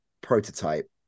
prototype